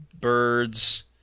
Birds